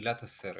עלילת הסרט